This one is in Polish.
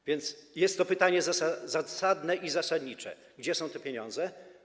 A więc jest to pytanie zasadne i zasadnicze: Gdzie są te pieniądze?